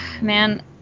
man